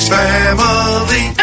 family